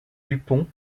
dupont